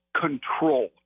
control